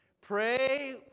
Pray